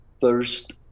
thirst